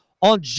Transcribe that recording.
on